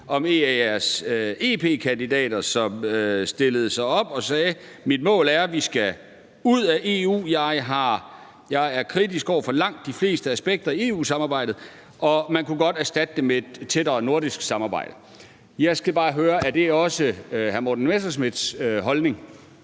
om en af jeres EP-kandidater, som stillede sig frem og sagde: Mit mål er, at vi skal ud af EU; jeg er kritisk over for langt de fleste aspekter af EU-samarbejdet, og man kunne godt erstatte det med et tættere nordisk samarbejde. Jeg skal bare høre: Er det også hr. Morten Messerschmidts holdning?